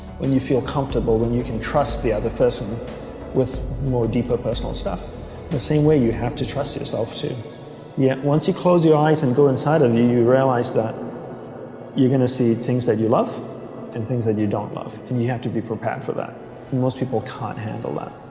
when you feel comfortable when you can trust the other person with more deeper personal stuff the same way you have to trust yourself to yeah once you close your eyes and go inside and you you realize that you're gonna see things that you love and things that you don't love and you have to be prepared for that most people can't handle that